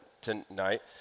tonight